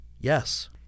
yes